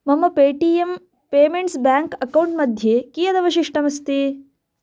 मम Paytm payments bank account मध्ये कियदवशिष्टमस्ति